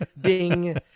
Ding